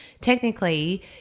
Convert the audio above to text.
technically